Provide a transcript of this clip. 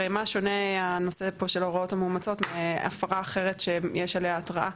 הרי מה שונה הנושא פה של הוראות המאומצות אם הפרה אחרת שיש עליה התראה